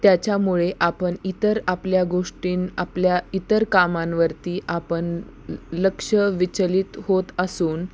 त्याच्यामुळे आपण इतर आपल्या गोष्टी आपल्या इतर कामांवरती आपण लक्ष विचलित होत असून